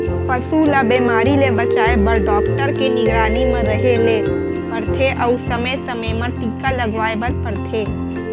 पसू ल बेमारी ले बचाए बर डॉक्टर के निगरानी म रहें ल परथे अउ समे समे म टीका लगवाए बर परथे